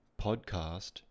podcast